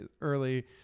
early